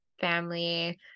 family